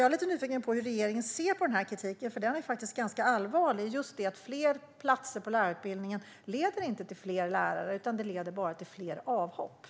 Jag är lite nyfiken på hur regeringen ser på kritiken, för den är ganska allvarlig. Den handlar just om att fler platser på lärarutbildningen inte leder till fler lärare, utan det leder bara till fler avhopp.